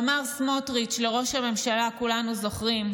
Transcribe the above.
אמר סמוטריץ' על ראש הממשלה, כולנו זוכרים: